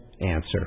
answer